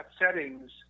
settings